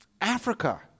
Africa